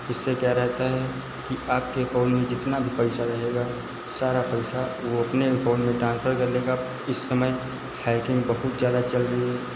इससे क्या रहता है कि आपके एकाउन्ट में जितना भी पैसा रहेगा सारा पैसा वह अपने एकाउन्ट में ट्रांसफर कर लेगा इस समय हैकिंग बहुत ज़्यादा चल रही है